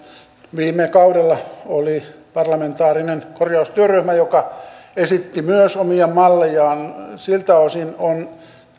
viime kaudella oli parlamentaarinen korjaustyöryhmä joka myös esitti omia mallejaan siltä osin on